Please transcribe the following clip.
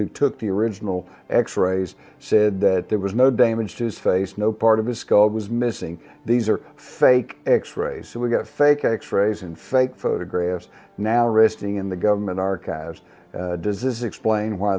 who took the original x rays said that there was no damage to his face no part of his skull was missing these are fake x rays so we've got fake x rays and fake photographs now resting in the government archives does this explain why